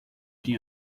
die